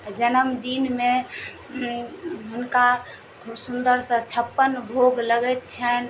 जन्मदिनमे हुनका खूब सुन्दरसँ छप्पन भोग लगैत छनि